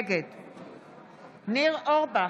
נגד ניר אורבך,